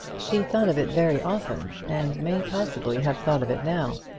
she thought of it very often, and may possibly have thought of it now.